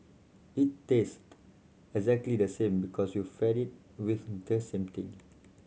it taste exactly the same because you feed it with the same thing